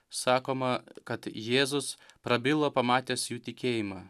sakoma kad jėzus prabilo pamatęs jų tikėjimą